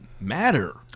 matter